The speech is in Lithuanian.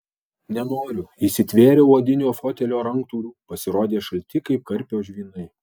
nenoriu įsitvėriau odinio fotelio ranktūrių pasirodė šalti kaip karpio žvynai